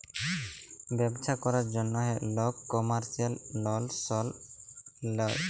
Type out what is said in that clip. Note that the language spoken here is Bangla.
ব্যবছা ক্যরার জ্যনহে লক কমার্শিয়াল লল সল লেয়